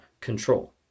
control